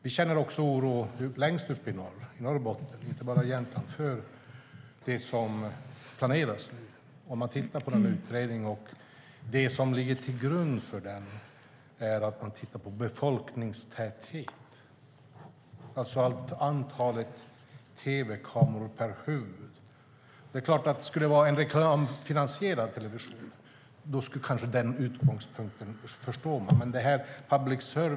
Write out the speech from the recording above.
Vi känner oro också längst upp i norr, i Norrbotten - inte bara i Jämtland - för det som nu planeras. Det som ligger till grund för utredningen är att man tittar på befolkningstäthet, alltså antal tv-kameror per huvud. Om det skulle vara en reklamfinansierad television kan man kanske förstå en sådan utgångspunkt.